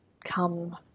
come